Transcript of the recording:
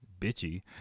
bitchy